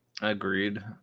Agreed